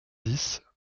dix